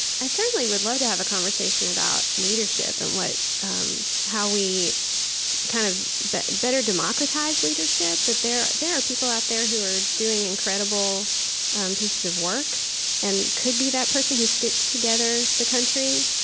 i certainly would love to have a conversation about leadership and what um how we kind of better better democratize leadership. there there are people out there who are doing incredible pieces of work and could be that person who stitched together the country,